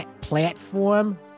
Platform